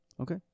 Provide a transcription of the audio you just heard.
Okay